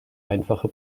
einfache